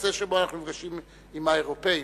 נושא שבו אנחנו נפגשים עם האירופים.